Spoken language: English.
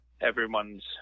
everyone's